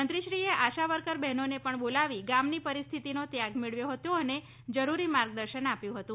મંત્રીશ્રીએ આશાવર્કર બહેનોને પણ બોલાવી ગામની પરિસ્થિયતિનો તાગ મેળવ્યોર હતો અને જરૂરી માર્ગદર્શન આપ્યુંા હતું